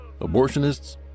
abortionists